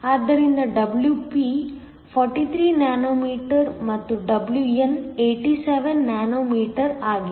ಆದ್ದರಿಂದ Wp 43 nanometre ಮತ್ತು Wn 87 nanometre ಆಗಿದೆ